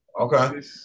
Okay